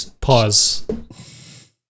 pause